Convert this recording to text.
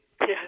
Yes